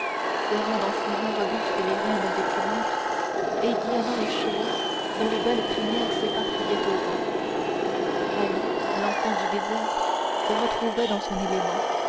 serrant dans ses mains robustes les rênes écumantes aiguillonnant les chevaux dont les belles crinières s'éparpillaient au vent ali l'enfant du désert se retrouvait dans son élément